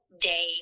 day